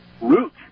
route